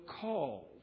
called